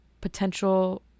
potential